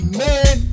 man